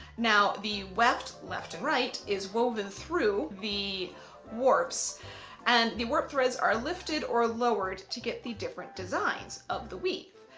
now the weft left and right is woven through the warps and the warp threads are lifted or lowered to get the different designs of the weave.